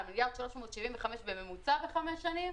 1.375 מיליארד לחמש שנים,